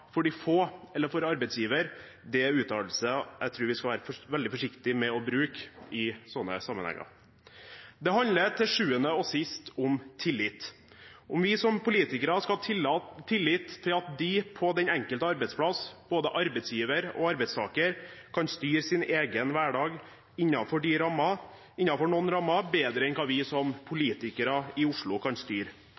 for de få eller for arbeidsgiver, er uttalelser jeg tror vi skal være veldig forsiktig med å bruke i slike sammenhenger. Det handler til sjuende og sist om tillit, om vi som politikere skal ha tillit til at de på den enkelte arbeidsplass, både arbeidsgiver og arbeidstakere, innenfor noen rammer kan styre sin egen hverdag bedre enn hva vi som politikere i Oslo kan